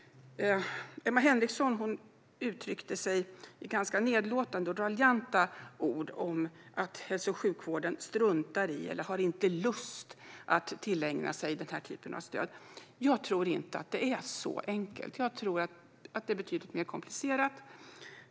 Emma Henriksson uttryckte sig i ganska nedlåtande och raljanta ord om att hälso och sjukvården struntar i eller inte har lust att tillägna sig denna typ av stöd. Jag tror inte att det är så enkelt, utan jag tror att det är betydligt mer komplicerat.